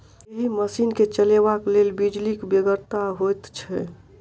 एहि मशीन के चलयबाक लेल बिजलीक बेगरता होइत छै